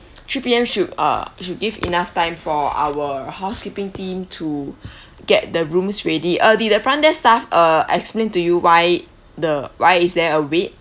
three P_M should uh should give enough time for our housekeeping team to get the rooms ready uh did the front desk staff uh explain to you why the why is there a wait